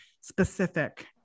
specific